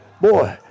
boy